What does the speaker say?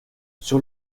sur